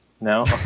No